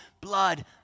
blood